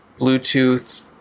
Bluetooth